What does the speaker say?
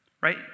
Right